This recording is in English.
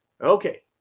Okay